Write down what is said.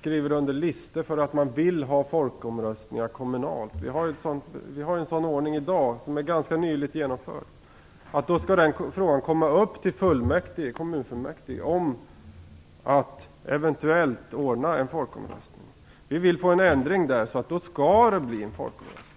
skriver under listor där de vill ha kommunala folkomröstningar. Vi har en sådan ordning i dag - den är ganska nyligen genomförd - att om någon vill ha en kommunal folkomröstning måste frågan om att anordna en sådan tas upp i kommunfullmäktige. Vi vill ha en ändring på den punkten så att det då skall bli en folkomröstning.